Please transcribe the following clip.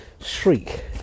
shriek